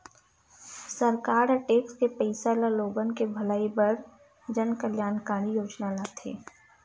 सरकार ह टेक्स के पइसा ल लोगन के भलई बर जनकल्यानकारी योजना लाथे